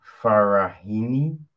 Farahini